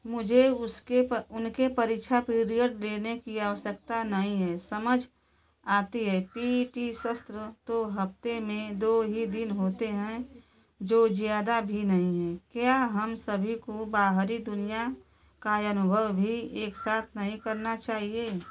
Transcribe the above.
मुझे उसके उनके परीक्षा पीरियड देने की आवश्यकता नहीं है समझ आती है टी ई टी सत्र तो हफ़्ते में दो ही दिन होते हैं जो ज़्यादा भी नहीं हैं क्या हम सभी को बाहरी दुनिया का अनुभव भी एक साथ नहीं करना चाहिए